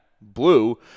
Blue